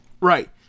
Right